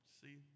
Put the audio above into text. See